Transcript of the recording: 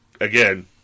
again